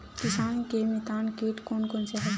किसान के मितान कीट कोन कोन से हवय?